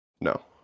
No